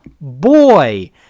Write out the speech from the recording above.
boy